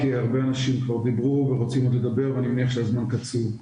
כי הרבה אנשים כבר דיברו ורוצים לדבר ואני מניח שהזמן קצוב.